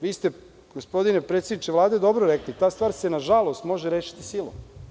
Vi ste, gospodine predsedniče Vlade, dobro rekli, ta stvar se, nažalost, može rešiti silom.